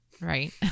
right